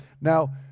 Now